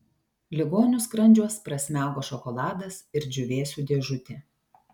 ligonių skrandžiuos prasmego šokoladas ir džiūvėsių dėžutė